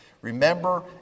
Remember